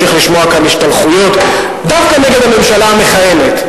נמשיך לשמוע כאן השתלחויות דווקא נגד הממשלה המכהנת,